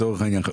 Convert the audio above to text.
לצורך העניין,